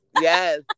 Yes